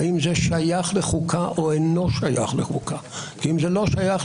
אם זה לא שייך לחוקה, זה לא חוק-יסוד.